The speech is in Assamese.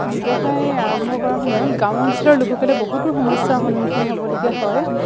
ব্যৱসায় আৰম্ভ কৰাৰ সময়ত গ্ৰাম অঞ্চলৰ লোকসকলে বহুতো সমস্যাৰ সন্মুখীন হ'বলগীয়া হয়